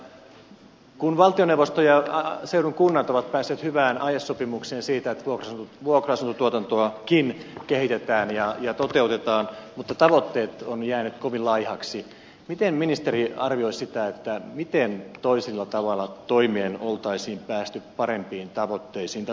mutta kun valtioneuvosto ja seudun kunnat ovat päässeet hyvään aiesopimukseen siitä että vuokra asuntotuotantoakin kehitetään ja toteutetaan mutta tavoitteet ovat jääneet kovin laihoiksi miten ministeri arvioi sitä miten toisella tavalla toimien olisi päästy parempiin tavoitteisiin tai toteutuviin lukuihin